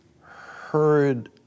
heard